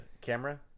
camera